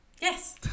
Yes